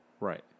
Right